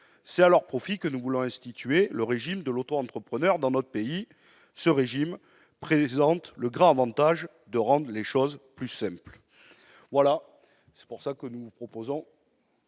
C'est à leur profit que nous voulons instituer le régime de l'auto-entrepreneur dans notre pays. Ce régime présente le grand avantage de rendre les choses plus simples. » Mes chers collègues, en ce sens, nous vous proposons